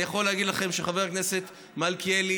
אני יכול להגיד לכם שחבר הכנסת מלכיאלי